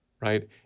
right